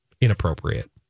Inappropriate